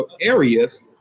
areas